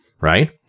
right